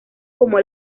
como